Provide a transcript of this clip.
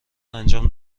انجام